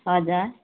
हजर